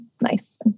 nice